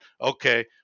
Okay